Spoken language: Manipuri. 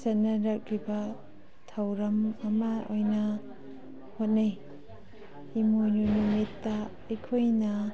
ꯆꯠꯅꯔꯛꯂꯤꯕ ꯊꯧꯔꯝ ꯑꯃ ꯑꯣꯏꯅ ꯍꯣꯠꯅꯩ ꯏꯃꯣꯏꯅꯨ ꯅꯨꯃꯤꯠꯇ ꯑꯩꯈꯣꯏꯅ